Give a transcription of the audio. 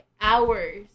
hours